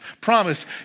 Promise